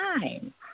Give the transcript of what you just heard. time